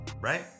right